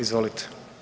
Izvolite.